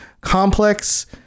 Complex